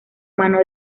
mano